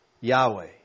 Yahweh